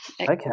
Okay